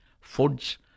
foods